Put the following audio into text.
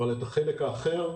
אבל את החלק האחר,